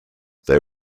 they